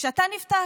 כשאתה נפטר.